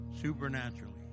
Supernaturally